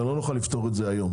אנחנו לא נוכל לפתור את זה היום.